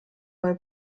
bei